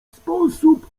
sposób